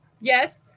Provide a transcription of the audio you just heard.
Yes